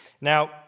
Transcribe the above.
Now